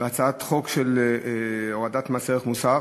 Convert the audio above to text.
בהצעת חוק להורדת מס ערך מוסף.